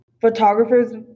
photographers